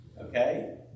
okay